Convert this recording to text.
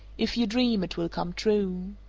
if you dream, it will come true.